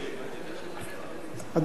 אדוני היושב-ראש, חברי הכנסת,